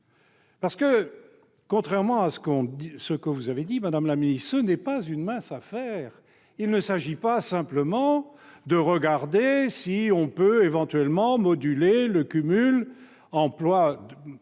texte ? Contrairement à ce que vous avez dit, madame la ministre, ce n'est pas une mince affaire ! Il ne s'agit pas simplement de regarder si l'on peut moduler le cumul entre